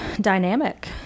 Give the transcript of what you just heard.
dynamic